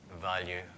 value